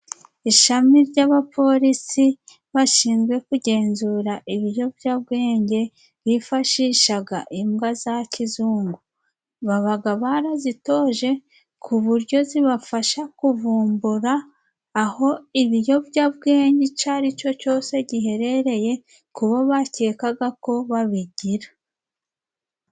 Ishami ry'abaporisi bashinzwe kugenzura ibiyobyabwenge, bifashishaga imbwa za kizungu, babaga barazitoje, ku buryo zibafasha kuvumbura aho ibiyobyabwenge icyo ari cyo cyose giherereye ku bo bakekaga ko babigira.